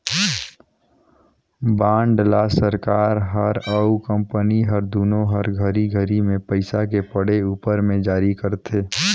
bond ल सरकार हर अउ कंपनी हर दुनो हर घरी घरी मे पइसा के पड़े उपर मे जारी करथे